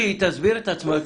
חכו, היא תסביר את עצמה.